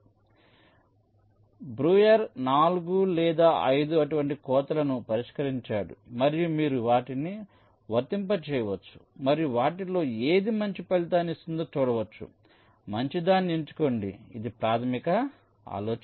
కాబట్టి బ్రూయర్ 4 లేదా 5 అటువంటి కోతలను ప్రతిపాదించాడు మరియు మీరు వాటిని వర్తింపజేయవచ్చు మరియు వాటిలో ఏది మంచి ఫలితాన్ని ఇస్తుందో చూడవచ్చు మంచిదాన్ని ఎంచుకోండి ఇది ప్రాథమిక ఆలోచన